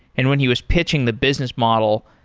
and when he was pitching the business model,